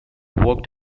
worked